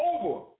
over